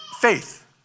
faith